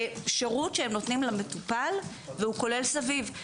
זה שירות שהם נותנים למטופל וכולל סביב.